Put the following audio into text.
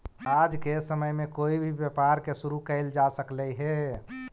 आज के समय में कोई भी व्यापार के शुरू कयल जा सकलई हे